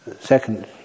Second